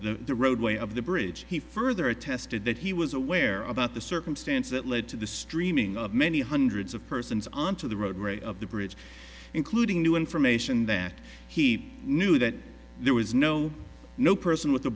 the roadway of the bridge he further attested that he was aware about the circumstance that led to the streaming of many hundreds of persons onto the roadway of the bridge including new information that he knew that there was no no person with a